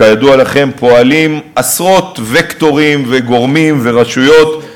כידוע לכם, פועלים עשרות וקטורים וגורמים ורשויות,